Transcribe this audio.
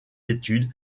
études